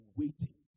waiting